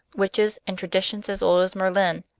witches, and traditions as old as merlin,